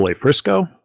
Frisco